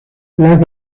las